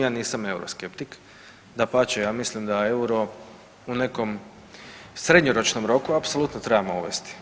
Ja nisam euroskeptik, dapače ja mislim da euro u nekom srednjoročnom roku apsolutno trebamo uvesti.